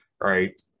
right